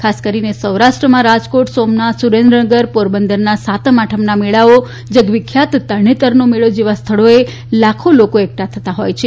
ખાસ કરીને સૌરાષ્ટ્રમાં રાજકોટ સોમનાથ સુરેન્દ્રનગર પોરબંદરના સાતમ આઠમના મેળા જગવિખ્યાત તરણેતરનો મેળો જેવા સ્થળોએ લાખો લોકો એકઠા થતાં હોય છે